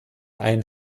einen